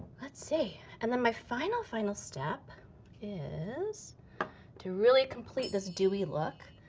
let's see. and then my final, final step is to really complete this dewy look,